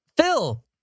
Phil